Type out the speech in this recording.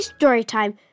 Storytime